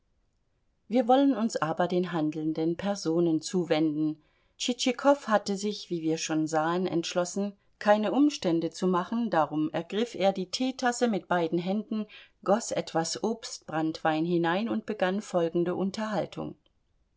wir wollen uns aber den handelnden personen zuwenden tschitschikow hatte sich wie wir schon sahen entschlossen keine umstände zu machen darum ergriff er die teetasse mit beiden händen goß etwas obstbranntwein hinein und begann folgende unterhaltung